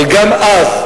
אבל גם אז,